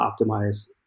optimize